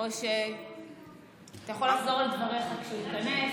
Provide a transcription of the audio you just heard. אתה יכול לחזור על דבריך כשהוא ייכנס,